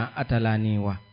atalaniwa